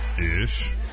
ish